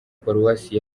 paruwasi